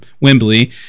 Wembley